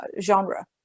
genre